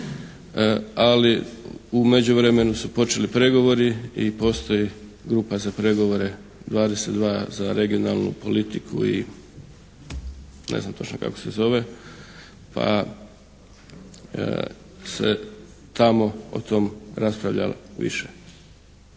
ali u međuvremenu su počeli pregovori i postoji grupa za pregovore 22 za regionalnu politiku i ne znam točno kako se zove, pa se tamo o tom raspravljalo više.